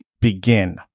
begin